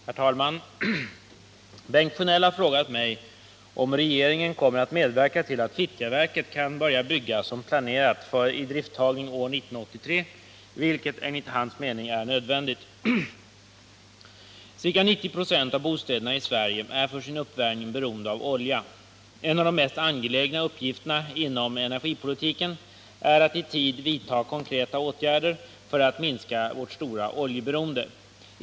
Herr talman! Bengt Sjönell har frågat mig om regeringen kommer att medverka till att Fittjaverket kan börja byggas som planerat för idrifttagning år 1983 vilket, enligt hans mening, är nödvändigt. Ca 90 96 av bostäderna i Sverige är för sin uppvärmning beroende av olja. En av de mest angelägna uppgifterna inom energipolitiken är att i tid vidta konkreta åtgärder för att minska vårt stora oljeberoende.